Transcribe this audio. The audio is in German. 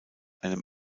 einem